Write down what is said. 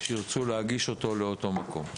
שירצו להגיש אותו לאותו מקום.